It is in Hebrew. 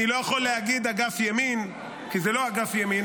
אני לא יכול להגיד אגף ימין כי זה לא אגף ימין,